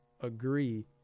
agree